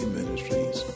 Ministries